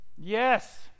Yes